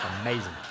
Amazing